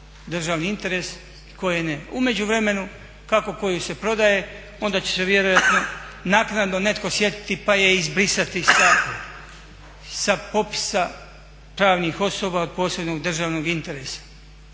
državni interes, koje ne. U međuvremenu kako koju se prodaje onda će se vjerojatno naknadno netko sjetiti pa je izbrisati sa popisa pravnih osoba od posebnog državnog interesa.